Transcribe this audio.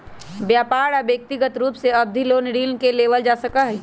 व्यापार या व्यक्रिगत रूप से अवधि लोन ऋण के लेबल जा सका हई